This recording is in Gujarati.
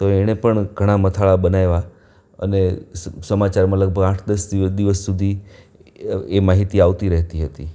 તો એણે પણ ઘણા મથાળા બનાવ્યા અને સ સ સમાચારમાં લગભગ આઠ સ દસ દિવસ સુધી એ માહિતી આવતી રહેતી હતી